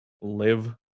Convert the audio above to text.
live